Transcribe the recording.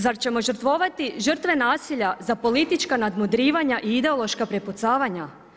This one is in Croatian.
Zar ćemo žrtvovati žrtve nasilja za politička nadmudrivanja i ideološka prepucavanja?